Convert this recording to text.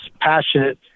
passionate